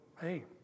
hey